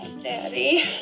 Daddy